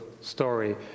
story